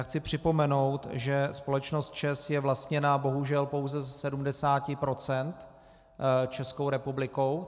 Chci připomenout, že společnost ČEZ je vlastněna bohužel pouze ze sedmdesáti procent Českou republikou.